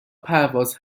پرواز